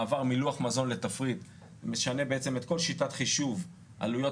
מעבר מלוח מזון לתפריט משנה בעצם את כל שיטת חישוב עלויות